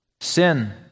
Sin